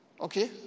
Okay